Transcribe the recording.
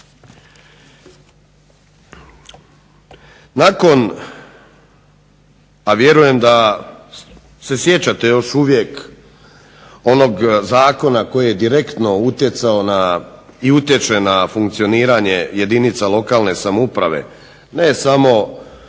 Nakon, a vjerujem da se sjećate još uvijek onog zakona koji je direktno utjecao i utječe na funkcioniranje jedinica lokalne samouprave, ne samo porezna